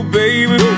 baby